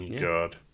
God